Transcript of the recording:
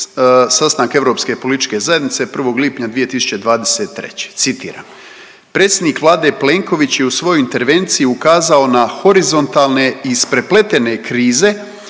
Sastanak europske političke zajednice 1. lipnja 2023. citiram. Predsjednik Vlade Plenković je u svojoj intervenciji ukazao na horizontalne i isprepletene krize